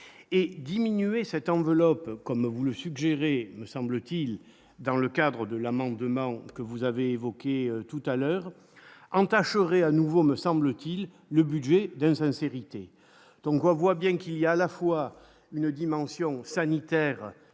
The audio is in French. et diminuer cette enveloppe comme vous le suggérez, me semble-t-il, dans le cadre de l'amendement que vous avez évoqué tout à l'heure, aurait à nouveau me semble-t-il, le budget d'insincérité donc voient bien qu'il y a à la fois une dimension sanitaire